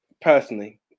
Personally